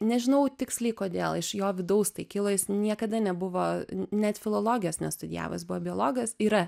nežinau tiksliai kodėl iš jo vidaus tai kilo jis niekada nebuvo net filologijos nestudijavo jis buvo biologas yra